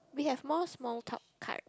we have more small talk card